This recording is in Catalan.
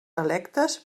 electes